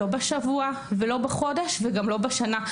לא בשבוע ולא בחודש וגם לא בשנה.